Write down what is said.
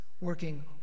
working